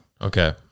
Okay